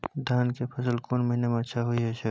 धान के फसल कोन महिना में अच्छा होय छै?